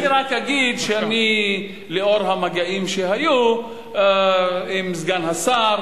אני רק אגיד שלאור המגעים שהיו עם סגן השר,